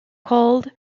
called